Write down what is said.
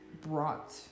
brought